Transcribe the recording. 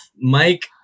Mike